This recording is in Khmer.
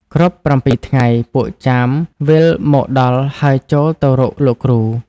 គ្រប់ ៧ ថ្ងៃ ពួកចាមវិលមកដល់ហើយចូលទៅរកលោកគ្រូ។